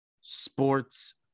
sports